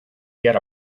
get